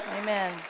Amen